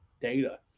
data